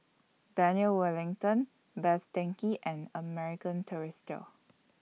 Daniel Wellington Best Denki and American Tourister